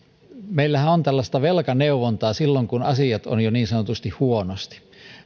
meillähän on tällaista velkaneuvontaa silloin kun asiat ovat jo niin sanotusti huonosti